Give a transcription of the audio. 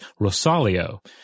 rosalio